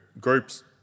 groups